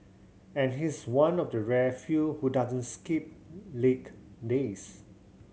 and he's one of the rare few who doesn't skip leg days